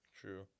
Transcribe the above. True